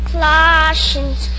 Colossians